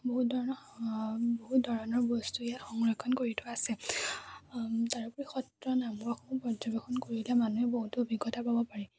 বহুত ধৰণৰ বহুত ধৰণৰ বস্তু ইয়াত সংৰক্ষণ কৰি থোৱা আছে তাৰোপৰি সত্ৰ নামঘৰসমূহ পৰ্যবেক্ষণ কৰিলে মানুহে বহুতো অভিজ্ঞতা পাব পাৰি